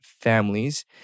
families